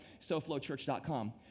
soflowchurch.com